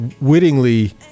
wittingly